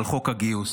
על חוק הגיוס.